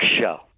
show